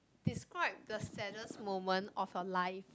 describe the saddest moment of your life